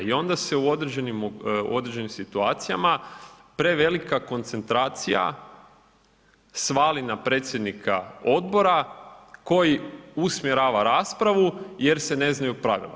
I onda se u određenim situacijama prevelika koncentracija svali na predsjednika odbora koji usmjerava raspravu jer se ne znaju pravila.